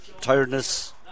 tiredness